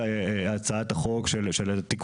היושב-ראש,